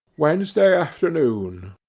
wednesday afternoon.